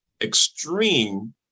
extreme